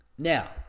Now